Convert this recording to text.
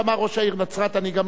זה גם לא מחייב אותך,